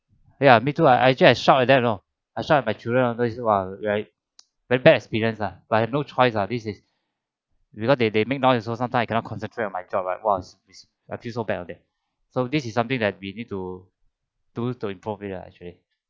ya me too I I just shout at them you know I shout at my children always like very bad experience ah but I've no choice ah this is because they they make noise also sometimes I cannot concentrate on my job right !wah! I feel so bad on them so this is something that we need to do to improve it actually